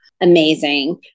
amazing